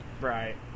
Right